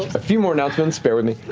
a few more announcements, bear with me.